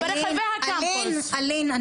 אלין, אלין, אלין, רגע.